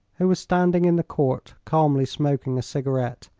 who was standing in the court calmly smoking a cigarette.